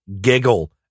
giggle